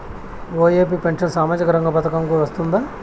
OAP pension సామాజిక రంగ పథకం కు వస్తుందా?